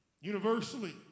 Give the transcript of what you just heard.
Universally